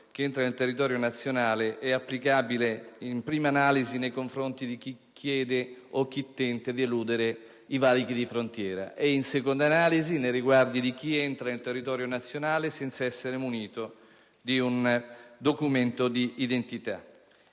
che entra nel territorio nazionale è applicabile, in prima analisi, nei confronti di chi chiede o tenta di eludere i valichi di frontiera e, in seconda analisi, nei riguardi di chi entra nel territorio nazionale senza essere munito di un documento d'identità.